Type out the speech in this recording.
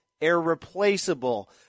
irreplaceable